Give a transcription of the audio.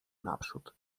naprzód